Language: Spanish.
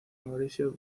mauricio